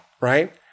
right